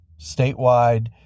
statewide